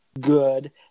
good